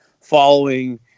following